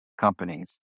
companies